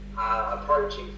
approaching